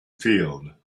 field